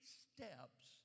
steps